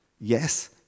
Yes